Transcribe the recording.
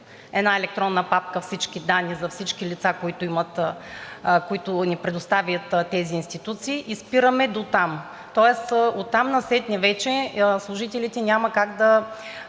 една електронна папка всички данни за всички лица, които ни предоставят тези институции и спираме дотам. Тоест оттам насетне вече служителите няма как да